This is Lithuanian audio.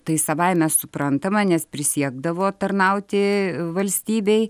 tai savaime suprantama nes prisiekdavo tarnauti valstybei